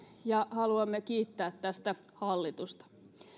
ja haluamme kiittää tästä hallitusta